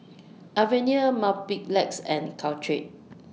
Avene Mepilex and Caltrate